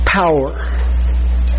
power